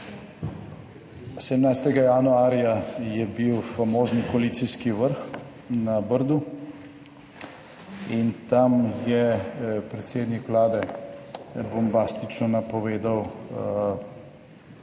17. januarja je bil famozni koalicijski vrh na Brdu in tam je predsednik Vlade bombastično napovedal